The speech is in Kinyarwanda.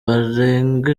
barenga